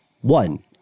One